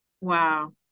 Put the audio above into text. Wow